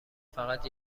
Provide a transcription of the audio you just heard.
فقط